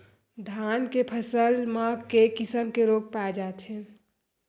धान के फसल म के किसम के रोग पाय जाथे?